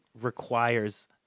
requires